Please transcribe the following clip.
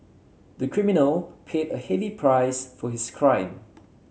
the criminal paid a heavy price for his crime